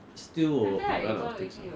still will run out of things [what]